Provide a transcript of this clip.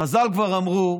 חז"ל כבר אמרו,